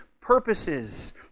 purposes